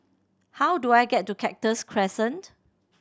how do I get to Cactus Crescent